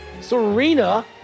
serena